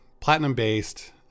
platinum-based